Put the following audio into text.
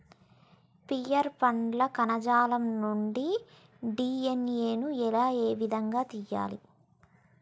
Pear పండ్ల కణజాలం నుండి డి.ఎన్.ఎ ను ఏ విధంగా తియ్యాలి?